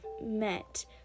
met